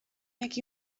jak